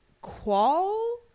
Qual